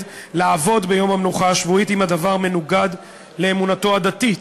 לעבוד ביום המנוחה השבועי אם הדבר מנוגד לאמונתו הדתית.